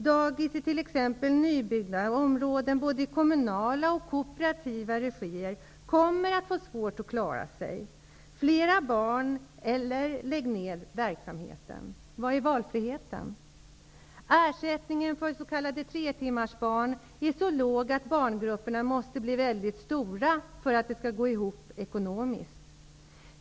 Dagis i t.ex. nybyggda områden i både kommunal och kooperativ regi kommer att få det svårt att klara sig. Fler barn eller lägg ned verksamheten! Vad är valfriheten? Ersättningen för s.k. tretimmarsbarn är så låg att barngrupperna måste bli väldigt stora för att det skall gå ihop ekonomiskt.